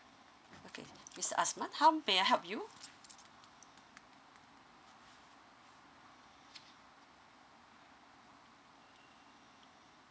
okay mister asman how may I help you